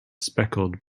speckled